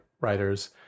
writers